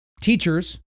teachers